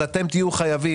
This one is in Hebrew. אז אתם תהיו חייבים,